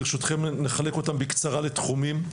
ברשותכם, נחלק אותם בקצרה לתחומים.